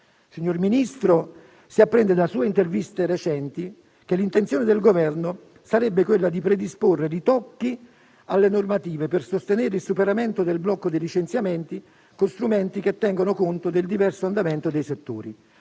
Signor Ministro, si apprende da sue interviste recenti che l'intenzione del Governo sarebbe quella di predisporre ritocchi alle normative per sostenere il superamento del blocco dei licenziamenti con strumenti che tengono conto del diverso andamento dei settori.